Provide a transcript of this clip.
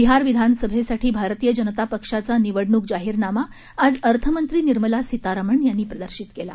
बिहार विधान सभेसाठी भारतीय जनता पक्षाचा निवडणूक जाहिनामा आज अर्थमंत्री निर्मला सितरामन यांनी प्रकाशित केला